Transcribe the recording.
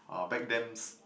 uh back thens